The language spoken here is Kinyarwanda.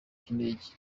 cy’indege